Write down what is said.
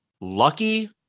lucky